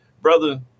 Brother